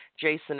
Jason